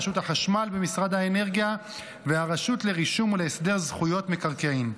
רשות החשמל במשרד האנרגיה והרשות לרישום ולהסדר זכויות מקרקעין.